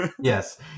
Yes